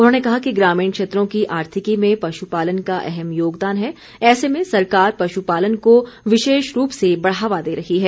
उन्होंने कहा कि ग्रामीण क्षेत्रों की आर्थिकी में पश्पालन का अहम योगदान है ऐसे में सरकार पशुपालन को विशेष रूप से बढ़ावा दे रही है